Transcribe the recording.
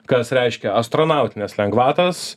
kas reiškia astronautines lengvatas